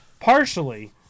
Partially